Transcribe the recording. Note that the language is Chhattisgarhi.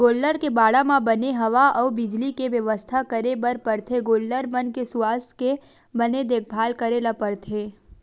गोल्लर के बाड़ा म बने हवा अउ बिजली के बेवस्था करे ल परथे गोल्लर मन के सुवास्थ के बने देखभाल करे ल परथे